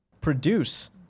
produce